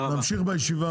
הישיבה ננעלה בשעה 11:45.